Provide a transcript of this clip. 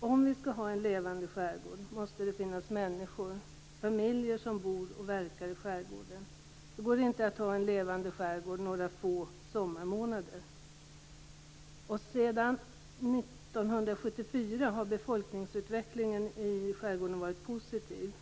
Om vi skall ha en levande skärgård måste det finnas människor där, familjer som bor och verkar i skärgården. Det går inte att ha en levande skärgård några få sommarmånader. Sedan 1974 har befolkningsutvecklingen i skärgården varit positiv.